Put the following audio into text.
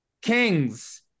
Kings